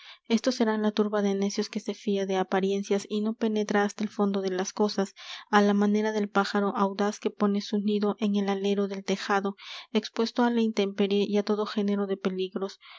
estos serán la turba de necios que se fia de apariencias y no penetra hasta el fondo de las cosas á la manera del pájaro audaz que pone su nido en el alero del tejado expuesto á la intemperie y á todo género de peligros